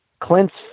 Clint's